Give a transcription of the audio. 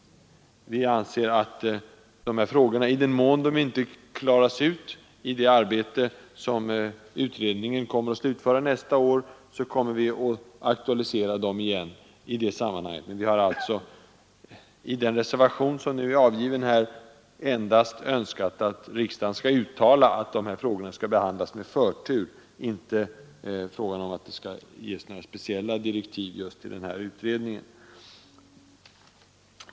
I den mån dessa frågor inte klaras ut i det arbete utredningen kommer att slutföra nästa år, ämnar vi aktualisera dem igen. I den reservation som nu är avgiven har vi endast framställt önskemål om att riksdagen skall uttala att dessa frågor skall behandlas med förtur och inte att några speciella direktiv skall lämnas till utredningen.